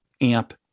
AMP